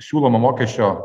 siūlomo mokesčio